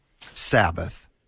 Sabbath